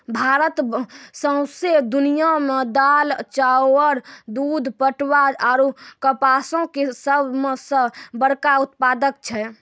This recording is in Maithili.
भारत सौंसे दुनिया मे दाल, चाउर, दूध, पटवा आरु कपासो के सभ से बड़का उत्पादक छै